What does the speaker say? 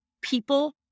people